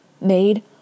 made